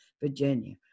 Virginia